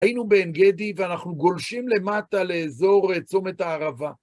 היינו בהם גדי ואנחנו גולשים למטה לאזור צומת הערבה.